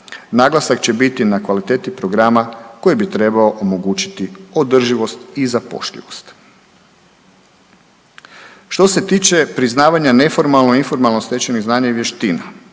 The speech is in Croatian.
Naglasak će biti na kvaliteti programa koji bi trebao omogućiti održivost i zapošljivost. Što se tiče priznavanja neformalno informalno stečenih znanja i vještina,